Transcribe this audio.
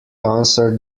answer